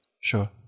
Sure